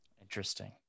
Interesting